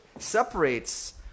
separates